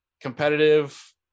competitive